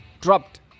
dropped